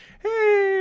hey